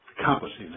accomplishing